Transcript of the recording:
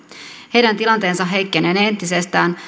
heidän tilanteensa heikkenee entisestään